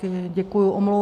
Děkuju.